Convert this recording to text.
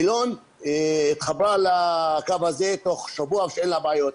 גילון התחברה לקו הזה תוך שבוע ואין לה בעיות.